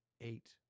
eight